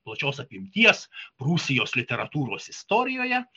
plačios apimties prūsijos literatūros istorijoje